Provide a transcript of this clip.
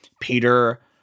Peter